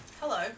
Hello